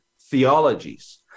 theologies